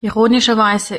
ironischerweise